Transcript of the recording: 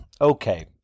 Okay